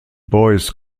boys